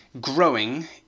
growing